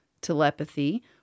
telepathy